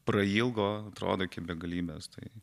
prailgo atrodo iki begalybės tai